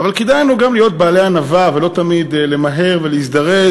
אבל כדאי לנו גם להיות בעלי ענווה ולא תמיד למהר ולהזדרז.